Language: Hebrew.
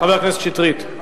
חבר הכנסת שטרית,